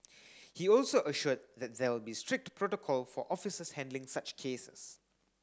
he also assured that there will be strict protocol for officers handling such cases